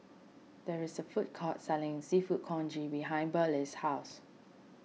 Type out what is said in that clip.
there is a food court selling Seafood Congee behind Burleigh's house